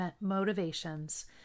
motivations